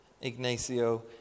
Ignacio